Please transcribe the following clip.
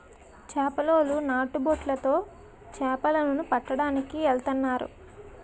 చేపలోలు నాటు బొట్లు తో చేపల ను పట్టడానికి ఎల్తన్నారు